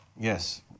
yes